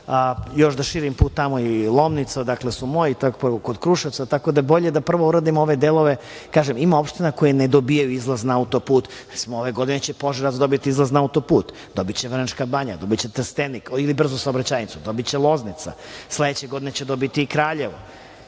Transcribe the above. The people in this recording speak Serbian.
još da širim put tamo i Lomnicu odakle su moji kod Kruševca, tako da bolje da prvo uradimo ove delove. Kažem, ima opština koje ne dobijaju izlaz na auto-put. Recimo, ove godine će Požarevac dobiti izlaz na auto-put, dobiće Vrnjačka Banja, dobiće Trstenik, ili brzu saobraćajnicu, dobiće Loznica. Sledeće godine će dobiti i Kraljevo.